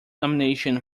nomination